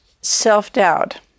Self-doubt